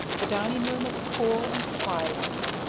the dining-room was cool and flyless.